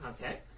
Okay